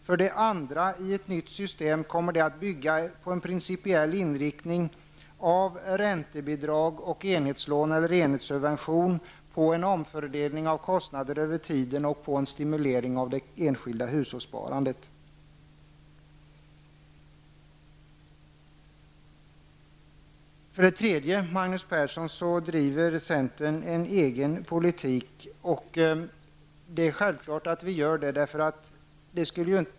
För det andra kommer ett nytt system principiellt att vara inriktat på räntebidrag och enhetslån eller enhetssubvention, en omfördelning av kostnader över tiden och en stimulering av det enskilda hushållssparandet. För det tredje, Magnus Persson, driver centern självfallet en egen politik.